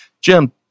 Jim